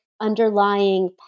underlying